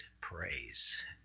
praise